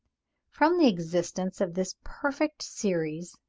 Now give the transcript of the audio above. from the existence of this perfect series,